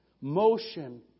motion